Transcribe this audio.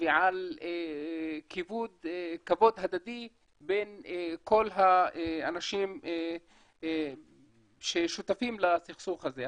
ועל כבוד הדדי בין כל האנשים ששותפים לסכסוך הזה.